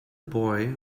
boy